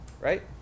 right